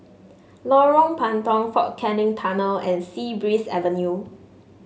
Lorong Puntong Fort Canning Tunnel and Sea Breeze Avenue